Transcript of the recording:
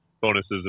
bonuses